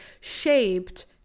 shaped